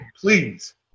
please